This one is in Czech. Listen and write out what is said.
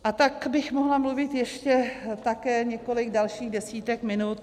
A tak bych mohla mluvit ještě také několik dalších desítek minut.